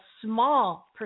small